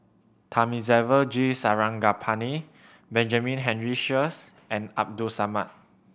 Thamizhavel G Sarangapani Benjamin Henry Sheares and Abdul Samad